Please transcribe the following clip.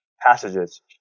passages